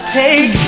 take